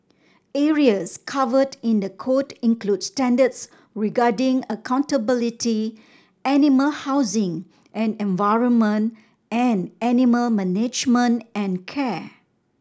areas covered in the code include standards regarding accountability animal housing and environment and animal management and care